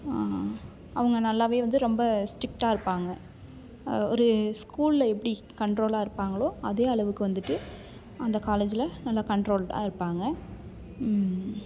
அவங்க நல்லாவே வந்து ரொம்ப ஸ்ட்ரிக்டாக இருப்பாங்க ஒரு ஸ்கூல்ல எப்படி கண்ட்ரோலாக இருப்பாங்களோ அதே அளவுக்கு வந்துட்டு அந்த காலேஜ்ல நல்ல கண்ட்ரோல்டாக இருப்பாங்க